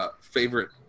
favorite